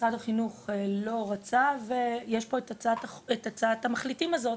משרד החינוך לא רצה, ויש פה את הצעת המחליטים הזו.